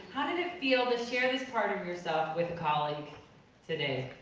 how did it feel to share this part of yourself with a colleague today?